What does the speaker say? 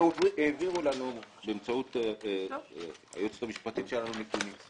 והעבירו לנו נתונים באמצעות היועצת המשפטית שלנו.